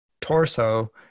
torso